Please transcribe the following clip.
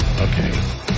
Okay